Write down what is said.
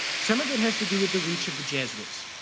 some of it has to do with the reach of the jesuits.